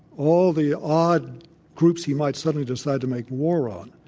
all the odd groups he might suddenly decide to make war on,